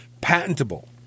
patentable